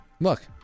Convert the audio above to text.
Look